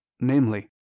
namely